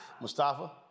Mustafa